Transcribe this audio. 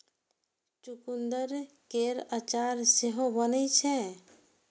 चुकंदर केर अचार सेहो बनै छै